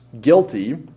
guilty